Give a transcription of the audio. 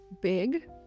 big